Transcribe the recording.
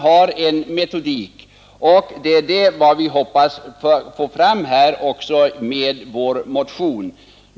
Det finns en metodik. Detta är vad vi hoppas åstadkomma med vår motion.